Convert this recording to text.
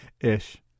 Ish